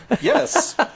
Yes